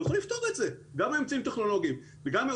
הוא יכול לפתור את זה גם באמצעים טכנולוגיים וגם אם